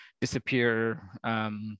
disappear